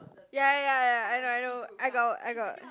ya ya ya I know I know I got I got